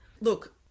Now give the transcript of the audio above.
look